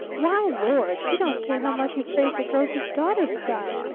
why, lord! she don't care how much you praise the grocer's daughter's style,